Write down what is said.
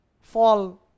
fall